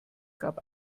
gab